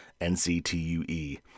NCTUE